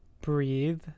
Breathe